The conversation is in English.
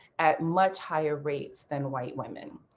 at much higher rates than white women.